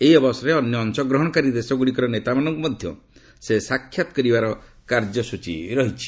ଏହି ଅବସରରେ ଅନ୍ୟ ଅଂଶଗ୍ରହଣକାରୀ ଦେଶଗୁଡ଼ିକର ନେତାମାନଙ୍କୁ ମଧ୍ୟ ସେ ସାକ୍ଷାତ କରିବାର କାର୍ଯ୍ୟସୂଚୀ ରହିଛି